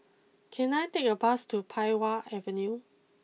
can I take a bus to Pei Wah Avenue